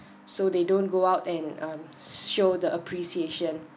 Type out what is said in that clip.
so they don't go out and um show the appreciation